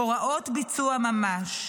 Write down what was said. הוראות ביצוע ממש.